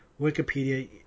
Wikipedia